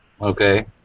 Okay